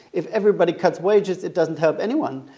if everybody cuts wages, it doesn't help anyone.